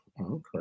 Okay